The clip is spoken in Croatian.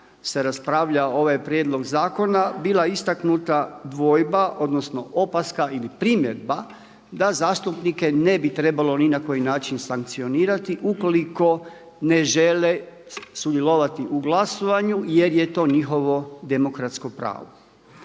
se raspravljao ovaj prijedlog zakona bila istaknuta dvojba odnosno opaska ili primjedba da zastupnike ne bi trebalo ni na koji način sankcionirati ukoliko ne žele sudjelovati u glasovanju jer je to njihovo demokratsko pravo.